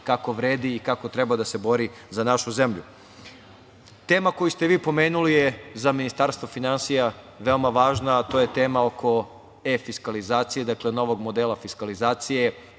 kako vredi i kako treba da se bori za našu zemlju. Tema koju ste vi pomenuli je za Ministarstvo finansija veoma važna, a to je tema oko e-fiskalizacije, dakle, novog modela fiskalizacije.